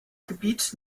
gebiet